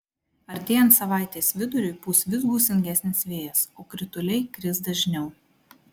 artėjant savaitės viduriui pūs vis gūsingesnis vėjas o krituliai kris dažniau